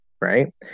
right